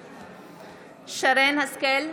בעד שרן מרים השכל,